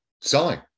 selling